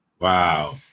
Wow